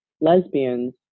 lesbians